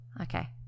Okay